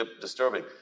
disturbing